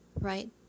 right